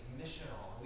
missional